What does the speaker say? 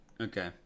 Okay